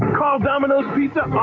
um ah of domino's pizza